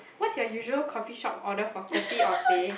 what's your usual coffee shop order for kopi or teh